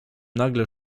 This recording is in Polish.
nagle